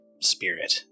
spirit